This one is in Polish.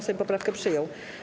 Sejm poprawkę przyjął.